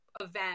event